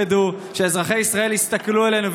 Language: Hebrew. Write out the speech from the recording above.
מבקשים לכבד כעת את זכרו של חבר הכנסת לשעבר דוד גולומב,